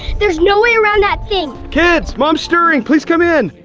there's no way around that thing! kids mom's stirring please come in!